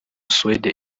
suède